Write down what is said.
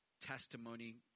testimony